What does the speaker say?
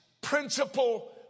principle